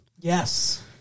Yes